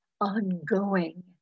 ongoing